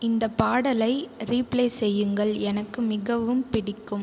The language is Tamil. இந்த பாடலை ரீப்ளே செய்யுங்கள் எனக்கு மிகவும் பிடிக்கும்